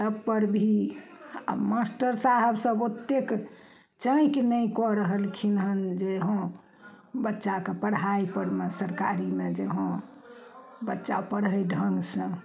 तब पर भी आ मास्टर साहब सब ओत्तेक चैक नहि कऽ रहलखिन हन जे हँ बच्चाके पढ़ाइ परमे सरकारीमे जे हँ बच्चा पढ़ै ढंग सऽ